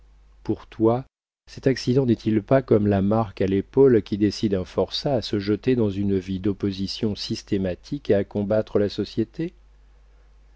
pour toi cet accident n'est-il pas comme la marque à l'épaule qui décide un forçat à se jeter dans une vie d'opposition systématique et à combattre la société